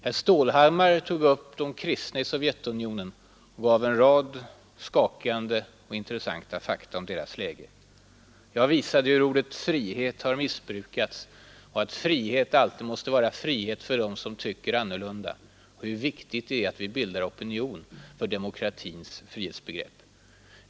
Herr Stålhammar tog upp de kristna i Sovjetunionen och gav en rad skakande och intressanta fakta om deras läge. Jag visade hur ordet ”frihet” har missbrukats, att frihet alltid måste vara frihet för dem som tycker annorlunda och hur viktigt det är att vi bildar opinion för demokratins frihetsbegrepp.